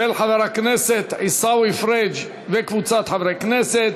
של חבר הכנסת עיסאווי פריג' וקבוצת חברי הכנסת.